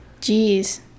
Jeez